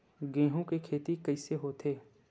गेहूं के खेती कइसे होथे?